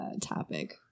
topic